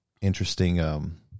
interesting